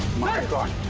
my god!